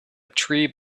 tree